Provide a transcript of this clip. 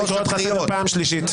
אני קורא אותך לסדר פעם שלישית.